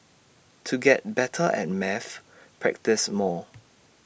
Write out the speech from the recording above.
to get better at maths practise more